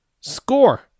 Score